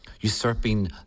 usurping